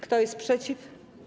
Kto jest przeciw?